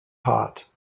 hot